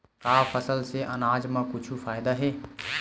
का फसल से आनाज मा कुछु फ़ायदा हे?